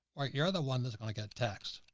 right? you're the one that's going to get a text.